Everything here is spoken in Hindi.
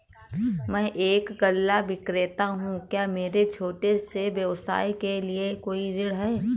मैं एक गल्ला विक्रेता हूँ क्या मेरे छोटे से व्यवसाय के लिए कोई ऋण है?